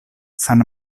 san